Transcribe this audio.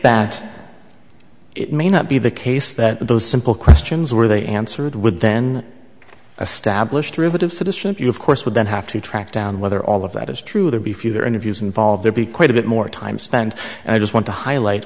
that it may not be the case that those simple questions where they answered would then establish true but of citizenship you of course would then have to track down whether all of that is true there be fewer interviews involved there be quite a bit more time spent and i just want to highlight